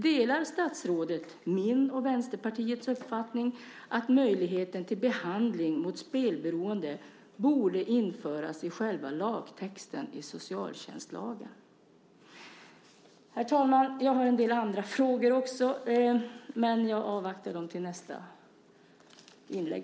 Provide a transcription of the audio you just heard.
Delar statsrådet min och Vänsterpartiets uppfattning att möjligheten till behandling mot spelberoende borde införas i själva lagtexten i socialtjänstlagen? Herr talman! Jag har också en del andra frågor. Men jag avvaktar med dem till nästa inlägg.